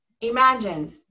imagine